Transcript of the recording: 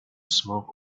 smoke